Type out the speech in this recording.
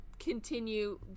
continue